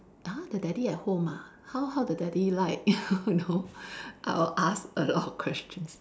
!huh! the daddy at home ah how how the daddy like you know I'll ask a lot of questions